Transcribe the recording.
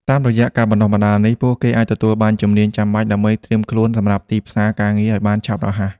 តាមរយៈការបណ្តុះបណ្តាលនេះ ពួកគេអាចទទួលបានជំនាញចាំបាច់ដើម្បីត្រៀមខ្លួនសម្រាប់ទីផ្សារការងារឱ្យបានឆាប់រហ័ស។